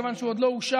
כיוון שהוא עוד לא אושר,